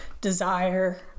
desire